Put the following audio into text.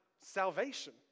salvation